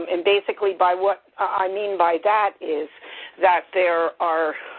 um and basically, by what i mean by that is that there are.